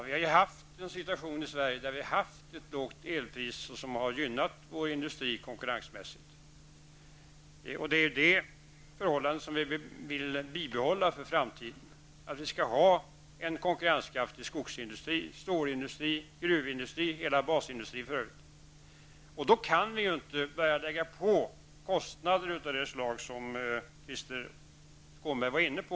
Vi har haft en situation i Sverige med lågt elpris, som har gynnat vår industri konkurrensmässigt. Det förhållandet, som ger en konkurrenskraftig skogsindustri, stålindustri, gruvindustri och basindustri över huvud taget, vill vi bibehålla i framtiden. Då kan vi inte lägga på kostnader av det slag som Krister Skånberg var inne på.